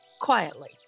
quietly